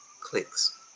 clicks